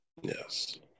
Yes